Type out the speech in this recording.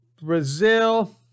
Brazil